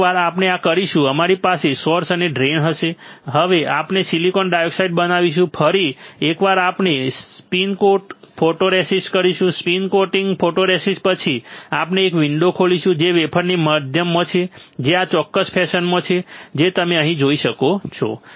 એકવાર આપણે આ કરીશું અમારી પાસે સોર્સ અને ડ્રેઇન છે હવે આપણે સિલિકોન ડાયોક્સાઇડ બનાવીશું ફરી એકવાર આપણે સ્પિન કોટ ફોટોરેસિસ્ટ કરીશું સ્પિન કોટિંગ ફોટોરેસિસ્ટ પછી આપણે એક વિન્ડો ખોલીશું જે વેફરની મધ્યમાં છે જે આ ચોક્કસ ફેશનમાં છે જે તમે અહીં જોઈ શકો છો